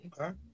Okay